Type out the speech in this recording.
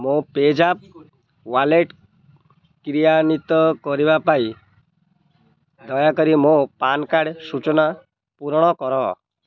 ମୋ PayZapp wallet କ୍ରିୟାନ୍ଵିତ କରିବା ପାଇଁ ଦୟାକରି ମୋ କାର୍ଡ଼ ସୂଚନା ପୂରଣ କର